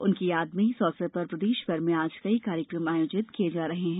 उनकी यादगार में इस अवसर पर प्रदेशभर में आज कई कार्यक्रम आयोजित किए जा रहे हैं